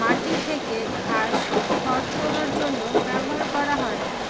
মাটি থেকে ঘাস, খড় তোলার জন্য ব্যবহার করা হয়